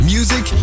Music